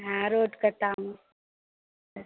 हॅं रोड कतामे